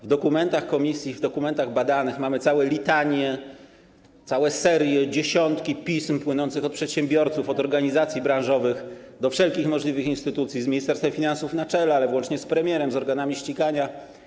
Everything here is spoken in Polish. W dokumentach komisji, w badanych dokumentach mamy całe litanie, całe serie, dziesiątki pism płynących od przedsiębiorców, organizacji branżowych do wszelkich możliwych instytucji, z Ministerstwem Finansów na czele, włącznie z premierem, z organami ścigania.